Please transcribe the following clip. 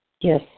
Yes